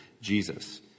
Jesus